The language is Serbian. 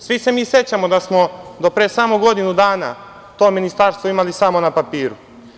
Svi se mi sećamo da smo do pre samo godinu dana to ministarstvo imali samo na papiru.